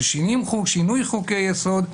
של שינוי חוקי יסוד,